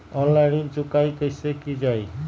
Online ऋण चुकाई कईसे की ञाई?